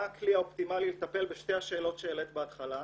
הכלי האופטימאלי לטפל בשתי השאלות שהעלית בהתחלה,